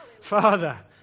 Father